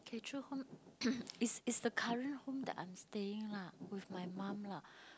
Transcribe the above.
okay true home is is the current home that I'm staying lah with my mum lah